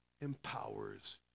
empowers